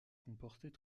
comportait